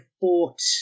bought